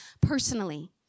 personally